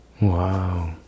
wow